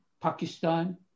Pakistan